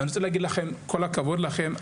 אני רוצה להגיד לכם: כל הכבוד לכם.